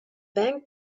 bank